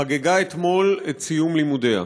חגגה אתמול את סיום לימודיה.